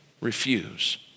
refuse